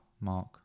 Mark